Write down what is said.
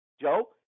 Joe